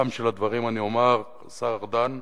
ובסופם של הדברים אני אומר, השר ארדן: